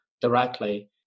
directly